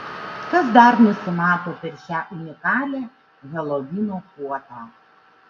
kas dar nusimato per šią unikalią helovino puotą